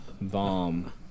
Bomb